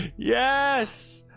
yes,